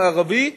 המערבי,